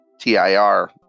tir